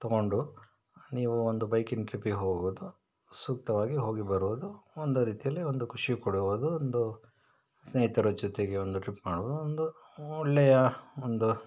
ತಗೊಂಡು ನೀವು ಒಂದು ಬೈಕಿನ ಟ್ರಿಪ್ಪಿಗೆ ಹೋಗೋದು ಸೂಕ್ತವಾಗಿ ಹೋಗಿ ಬರುವುದು ಒಂದು ರೀತಿಯಲ್ಲಿ ಒಂದು ಖುಷಿಯೂ ಕೊಡುವುದು ಒಂದು ಸ್ನೇಹಿತರ ಜೊತೆಗೆ ಒಂದು ಟ್ರಿಪ್ ಮಾಡುವುದು ಒಂದು ಒಳ್ಳೆಯ ಒಂದು